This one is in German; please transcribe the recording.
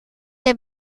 der